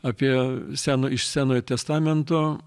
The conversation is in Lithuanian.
apie seno iš senojo testamento